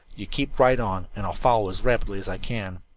you keep right on and i'll follow as rapidly as i can.